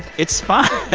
it's fine.